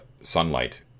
sunlight